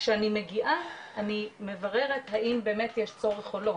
כשאני מגיעה אני מבררת האם באמת יש צורך או לא,